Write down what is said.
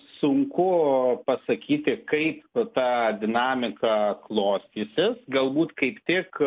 sunku pasakyti kaip ta dinamika klostysis galbūt kaip tik